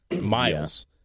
miles